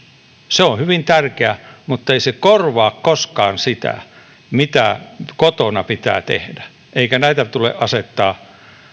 se on hyvin tärkeää mutta ei se korvaa koskaan sitä mitä kotona pitää tehdä eikä näitä tule asettaa